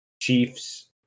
Chiefs